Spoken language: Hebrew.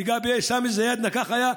לגבי סמי אלזיאדנה כך היה,